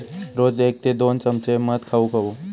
रोज एक ते दोन चमचे मध खाउक हवो